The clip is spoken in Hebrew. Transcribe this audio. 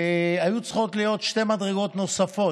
והיו צריכות להיות שתי מדרגות נוספות